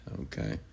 Okay